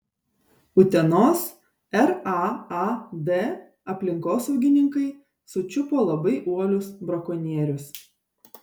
utenos raad aplinkosaugininkai sučiupo labai uolius brakonierius